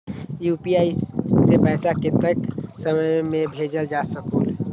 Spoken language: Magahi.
यू.पी.आई से पैसा कतेक समय मे भेजल जा स्कूल?